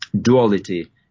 duality